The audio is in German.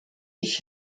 ich